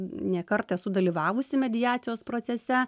ne kartą esu dalyvavusi mediacijos procese